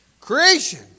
Creation